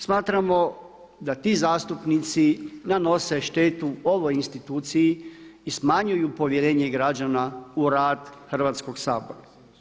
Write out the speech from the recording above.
Smatramo da ti zastupnici nanose štetu ovoj instituciji i smanjuju povjerenje građana u rad Hrvatskog sabora.